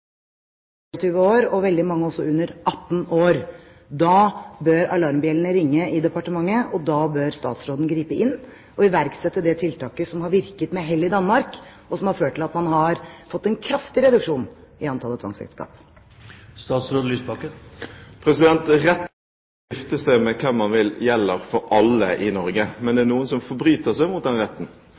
år, og veldig mange også under 18 år. Da bør alarmbjellene ringe i departementet, og da bør statsråden gripe inn og iverksette det tiltaket som har virket med hell i Danmark, og som har ført til at man har fått en kraftig reduksjon i antall tvangsekteskap. Retten til å gifte seg med hvem man vil, gjelder alle i Norge, men det er noen som forbryter seg mot den